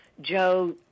Joe